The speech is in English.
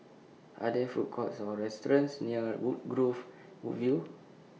Are There Food Courts Or restaurants near Woodgrove View